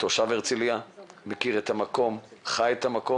תושב הרצליה שמכיר את המקום וחי אותו.